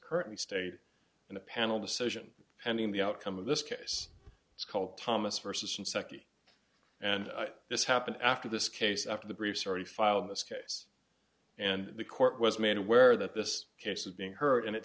currently stated in a panel decision pending the outcome of this case is called thomas versus an seche and this happened after this case after the briefs already filed in this case and the court was made aware that this case is being heard and it